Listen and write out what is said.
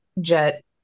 jet